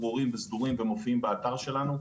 כמובן שצריך לקרוא ולהבין.